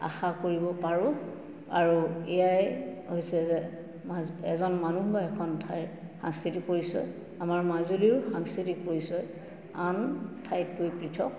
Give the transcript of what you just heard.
আশা কৰিব পাৰোঁ আৰু এয়াই হৈছে যে এজন মানুহ বা এখন ঠাইৰ সাংস্কৃতিক পৰিচয় আমাৰ মাজুলীৰো সাংস্কৃতিক পৰিচয় আন ঠাইতকৈ পৃথক